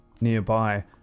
nearby